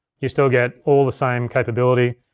you still get all the same capability,